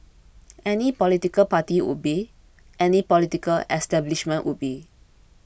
any political party would be any political establishment would be